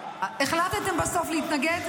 החלטתם בסוף להתנגד?